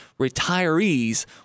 retirees